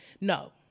no